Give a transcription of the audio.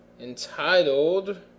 entitled